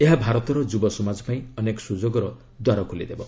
ଏହା ଭାରତର ଯୁବ ସମାଜ ପାଇଁ ଅନେକ ସ୍ରଯୋଗର ଦ୍ୱାର ଖୋଲିଦେବ